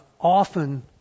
often